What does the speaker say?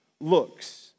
looks